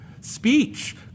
speech